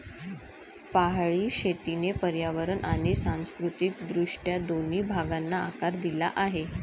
पहाडी शेतीने पर्यावरण आणि सांस्कृतिक दृष्ट्या दोन्ही भागांना आकार दिला आहे